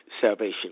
salvation